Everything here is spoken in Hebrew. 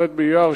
כ"ח באייר,